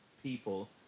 people